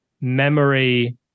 memory